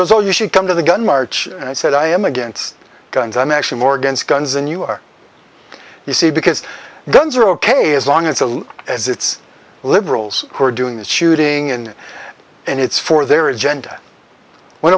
goes oh you should come to the gun march and i said i am against guns i'm actually more against guns and you are you see because guns are ok as long as a it's liberals who are doing the shooting and it's for their agenda wh